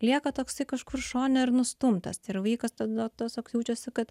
lieka toksai kažkur šone ir nustumtas tai yra vaikas tada tiesiog jaučiasi kad